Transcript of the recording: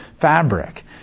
fabric